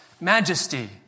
majesty